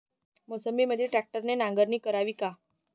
मोसंबीमंदी ट्रॅक्टरने नांगरणी करावी का?